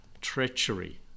treachery